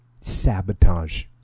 sabotage